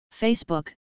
Facebook